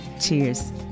Cheers